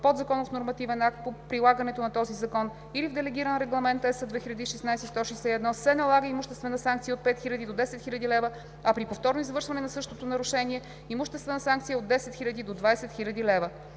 подзаконов нормативен акт по прилагането на този закон или в Делегиран регламент (ЕС) 2016/161, се налага имуществена санкция от 5000 до 10 000 лв., а при повторно извършване на същото нарушение – имуществена санкция от 10 000 до 20 000 лв.“